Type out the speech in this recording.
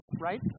right